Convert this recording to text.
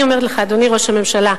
אני אומרת לך, אדוני ראש הממשלה,